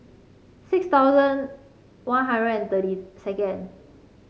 six thousand One Hundred and thirty second